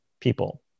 people